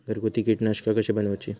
घरगुती कीटकनाशका कशी बनवूची?